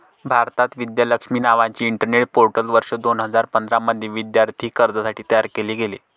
भारतात, विद्या लक्ष्मी नावाचे internet portal वर्ष दोन हजार पंधरा मध्ये विद्यार्थी कर्जासाठी तयार केले गेले